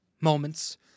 moments